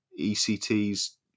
ect's